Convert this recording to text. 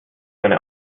meine